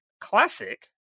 classic